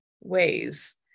ways